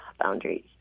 Boundaries